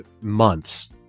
months